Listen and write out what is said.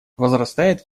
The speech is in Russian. возрастает